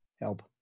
help